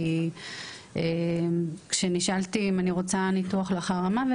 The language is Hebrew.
כי כשנשאלתי אם אני רוצה ניתוח לאחר המוות,